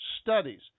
studies